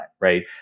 right